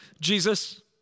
Jesus